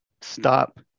stop